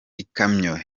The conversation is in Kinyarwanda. ikamyo